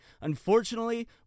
Unfortunately